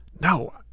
No